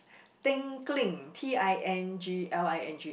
tingling T I N G L I N G